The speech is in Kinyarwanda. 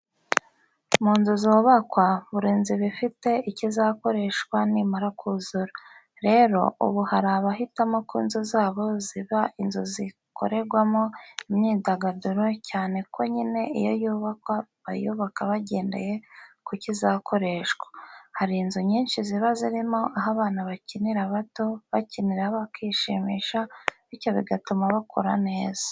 Mu nzu zubakwa, buri nzu iba ifite icyo izakoreshwa nimara kuzura. Rero ubu hari abahitamo ko inzu zabo ziba inzu z'izikorerwamo imyidagaduro cyane ko nyine iyo yubakwa bayubaka bagendeye ku cyo izakoreshwa. Hari inzu nyinshi ziba zirimo aho abana bakiri bato bakinira bakishima bityo bigatuma bakura neza.